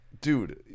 dude